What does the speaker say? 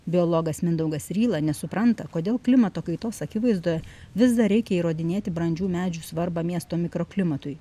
biologas mindaugas ryla nesupranta kodėl klimato kaitos akivaizdoje vis dar reikia įrodinėti brandžių medžių svarbą miesto mikroklimatui